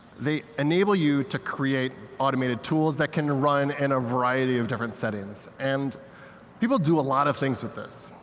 they enable you to create automated tools that can run in and a variety of different settings. and people do a lot of things with this.